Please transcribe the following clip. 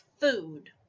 food